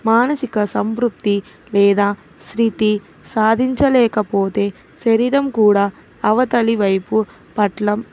మానసిక సంతృప్తి లేదా స్మృతి సాధించలేకపోతే శరీరం కూడా అవతలి వైపు పట్లం